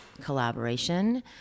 collaboration